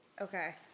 Okay